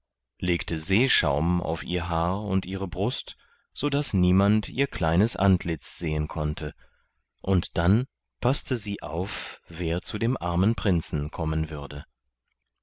legte seeschaum auf ihr haar und ihre brust sodaß niemand ihr kleines antlitz sehen konnte und dann paßte sie auf wer zu dem armen prinzen kommen würde